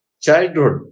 Childhood